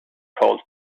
called